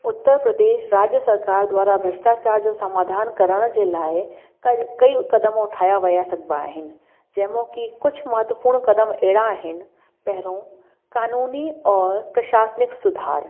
उत्तर प्रदेश रज्य सरकार द्वारां भ्रष्टाचार जो समाधान करण जे लाइ क कई कदम उठाया विया सघिबा आहिनि जंहिं मां की कुझु महत्वपुर्ण कदम अहिड़ा आहिनि पहिरों कानूनी और प्रशासिनिक सुधार